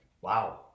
Wow